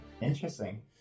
Interesting